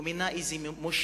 הוא מינה מושל,